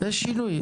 זה שינוי.